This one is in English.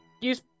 Use